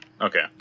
Okay